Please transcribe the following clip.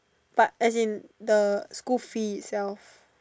but as in the school fees itself